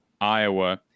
Iowa